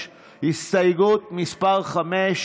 קבוצת סיעת ש"ס,